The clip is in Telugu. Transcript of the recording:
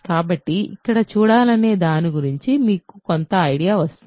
కాబట్టి ఎక్కడ చూడాలనే దాని గురించి మీకు కొంత ఐడియా వస్తుంది